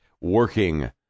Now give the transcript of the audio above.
working